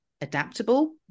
adaptable